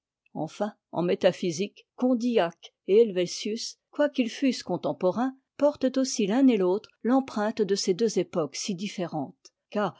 enfin en métaphysique condillac et heivétius quoiqu'ils fussent contemporains portent aussi l'un et l'autre l'empreinte de ces deux époques si différentes car